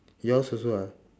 yours also ah